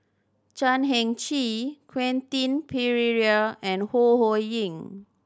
Chan Heng Chee Quentin Pereira and Ho Ho Ying